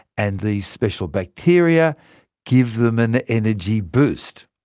and these special bacteria give them an energy boost.